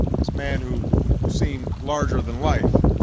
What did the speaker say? this man who seemed larger than life,